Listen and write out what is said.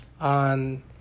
on